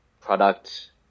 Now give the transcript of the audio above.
Product